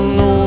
no